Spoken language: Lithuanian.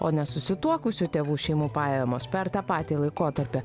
o nesusituokusių tėvų šeimų pajamos per tą patį laikotarpį